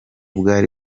bwari